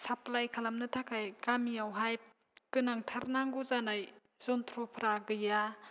साफ्लाय खालामनो थाखाय गामियावहाय गोनांथार नांगौ जानाय जनथ्रफ्रा गैया